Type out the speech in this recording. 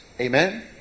Amen